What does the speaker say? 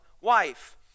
wife